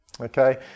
Okay